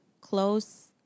close